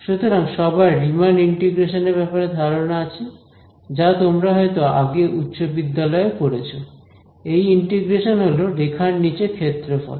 সুতরাং সবার Riemann integration এর ব্যাপারে ধারণা আছে যা তোমরা হয়তো আগে উচ্চ বিদ্যালয় এ পড়েছ এই ইন্টিগ্রেশন হল রেখার নিচে ক্ষেত্রফল